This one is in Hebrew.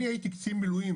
אני הייתי קצין מילואים